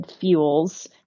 fuels